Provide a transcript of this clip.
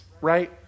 right